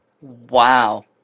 Wow